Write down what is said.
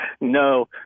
No